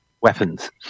weapons